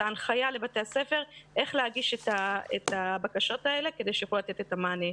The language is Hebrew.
ההנחיה לבתי הספר איך להגיש את הבקשות האלה כדי שיוכלו לתת את המענה.